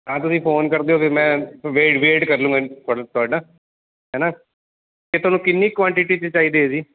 ਹਾਂ ਤੁਸੀਂ ਫੋਨ ਕਰਦਿਓ ਫਿਰ ਮੈਂ ਵੇ ਵੇਟ ਕਰ ਲੂੰਗਾ ਤੁਹਾ ਤੁਹਾਡਾ ਹੈ ਨਾ ਅਤੇ ਤੁਹਾਨੂੰ ਕਿੰਨੀ ਕੁਆਂਟਿਟੀ 'ਚ ਚਾਹੀਦੇ ਹੈ ਜੀ